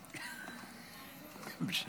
ממשיכה,